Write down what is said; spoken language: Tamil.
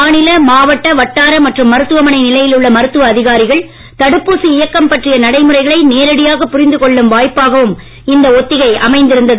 மாநில மாவட்ட வட்டார மற்றும் மருத்துவமனை நிலையில் உள்ள மருத்துவ அதிகாரிகள் தடுப்பூசி இயக்கம் பற்றிய நடைமுறைகளை நேரடியாகப் புரிந்து கொள்ளும் வாய்ப்பாகவும் இந்த ஒத்திகை அமைந்திருந்தது